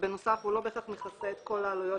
ובנוסף הוא לא בהכרח מכסה את כל העלויות